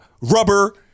rubber